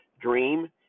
dream